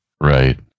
Right